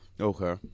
Okay